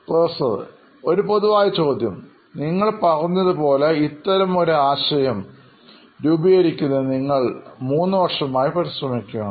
professor ഒരു പൊതുവായ ചോദ്യം നിങ്ങൾ പറഞ്ഞതുപോലെ ഇത്തരമൊരു ആശയം രൂപീകരിക്കുന്നതിൽ നിങ്ങൾ മൂന്നു വർഷമായി പരിശ്രമിക്കുകയാണ്